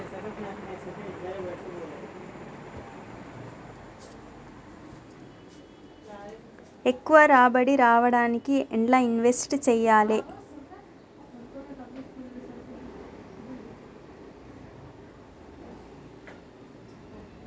ఎక్కువ రాబడి రావడానికి ఎండ్ల ఇన్వెస్ట్ చేయాలే?